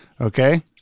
Okay